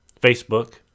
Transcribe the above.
Facebook